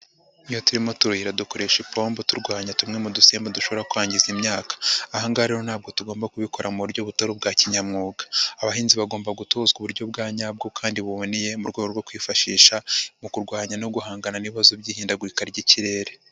Iyo turimo turuhira dukoresha ipombo turwanya tumwe mu dusimba dushobora kwangiza imyaka. Aha ngaha rero ntabwo tugomba kubikora mu buryo butari ubwa kinyamwuga. Abahinzi bagomba gutozwa uburyo bwa nyabwo kandi buboneye mu rwego rwo kwifashisha mu kurwanya no guhangana n'ibibazo by'ihindagurika ry'ikirere.